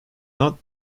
not